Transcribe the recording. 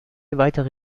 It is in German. weitere